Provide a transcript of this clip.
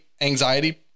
anxiety